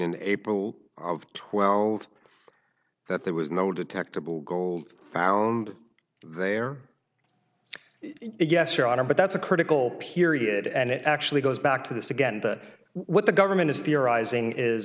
in april of twelve that there was no detectable gold found there yes your honor but that's a critical period and it actually goes back to this again that what the government is